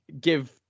give